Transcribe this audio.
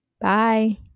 bye